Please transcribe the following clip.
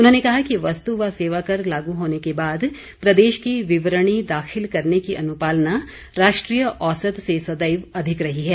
उन्होंने कहा कि वस्त व सेवा कर लागू होने के बाद प्रदेश की विवरणी दाखिल करने की अनुपालना राष्ट्रीय औसत से सदैव अधिक रही है